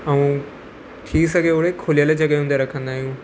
ऐं थी सघे ओड़े खुलियल जॻहियुनि ते रखंदा आहियूं